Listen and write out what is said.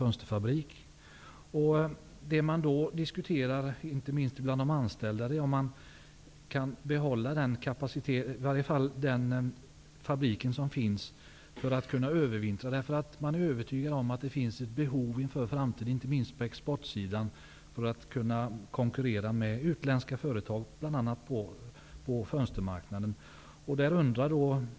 Inte minst bland de anställda diskuteras om företaget kan övervintra och behålla den fabrik som finns. De anställda är övertygade om att det finns ett behov inför framtiden, särskilt på exportsidan, att kunna konkurrera med utländska företag på fönstermarknaden.